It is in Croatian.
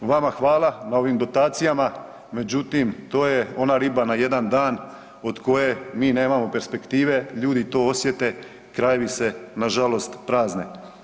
Vama hvala na ovim dotacijama, međutim, to je ona riba na jedan dan, od koje mi nemamo perspektive, ljudi to osjete, krajevi se nažalost prazne.